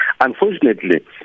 Unfortunately